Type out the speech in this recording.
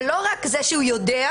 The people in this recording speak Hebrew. שלא רק זה שהוא יודע,